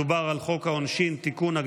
מדובר על חוק העונשין (תיקון,